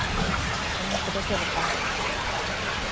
ᱥᱩᱱᱩᱢ ᱠᱚᱫᱚ ᱪᱮᱫ ᱞᱮᱠᱟ